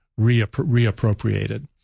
reappropriated